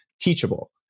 teachable